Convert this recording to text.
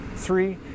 Three